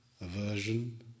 aversion